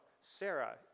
Sarah